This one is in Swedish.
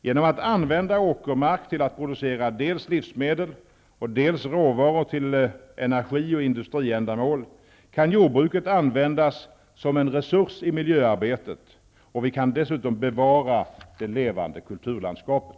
Genom att utnyttja åkermark till att producera dels livsmedel, dels råvaror till energi och industriändamål kan vi använda jordbruket som en resurs i miljöarbetet, och vi kan dessutom bevara det levande kulturlandskapet.